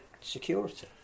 security